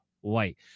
White